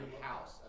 house